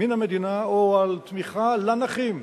מן המדינה, או על תמיכה בנכים,